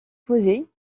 posées